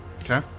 Okay